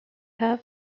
half